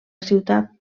ciutat